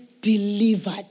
delivered